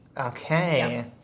Okay